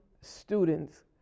students